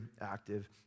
active